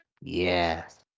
yes